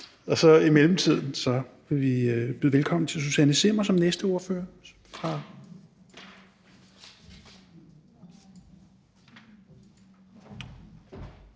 Og i mellemtiden vil vi så byde velkommen til fru Susanne Zimmer som næste ordfører.